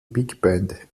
bigband